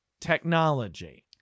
technology